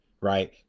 right